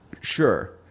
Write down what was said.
Sure